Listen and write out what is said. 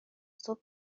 صبح